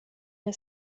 der